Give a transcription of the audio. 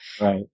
Right